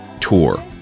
tour